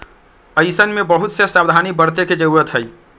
ऐसन में बहुत से सावधानी बरते के जरूरत हई